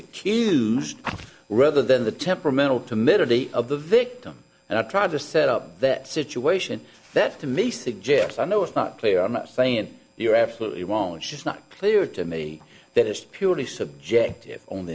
accused rather than the temperamental timidity of the victim and i tried to set up that situation that to me suggests i know it's not clear i'm not saying you're absolutely won't it's not clear to me that is purely subjective o